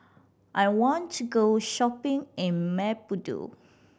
I want to go shopping in Maputo